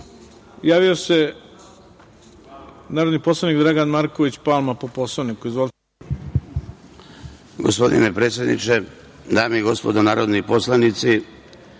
javio narodni poslanik Dragan Marković Palma, po Poslovniku.